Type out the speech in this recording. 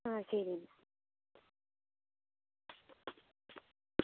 ആ ശരി എന്നാൽ